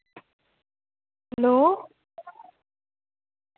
hello